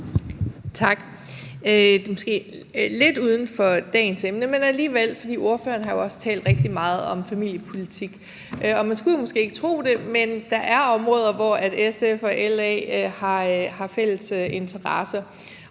Tak. Det er måske lidt uden for dagens emne, men så alligevel, for ordføreren har jo også talt rigtig meget om familiepolitik. Man skulle måske ikke tro det, men der er områder, hvor SF og LA har fælles interesser,